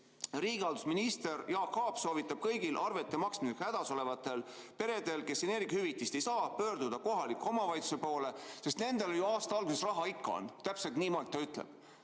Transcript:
Riigihalduse minister Jaak Aab soovitab kõigil arvete maksmisega hädas olevatel peredel, kes energiahüvitist ei saa, pöörduda kohaliku omavalitsuse poole, sest nendel ju aasta alguses raha ikka on. Täpselt niimoodi ta ütleb.